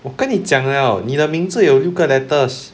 我跟你讲 liao 你的名字有六个 letters